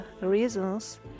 reasons